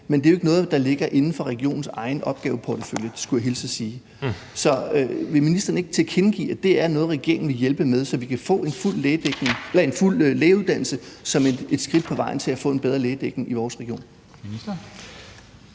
men det er jo ikke noget, der ligger inden for regionens egen opgaveportefølje, skulle jeg hilse og sige. Så vil ministeren ikke tilkendegive, at det er noget, regeringen vil hjælpe med, så vi kan få en fuld lægeuddannelse som et skridt på vejen til at få en bedre lægedækning i vores region?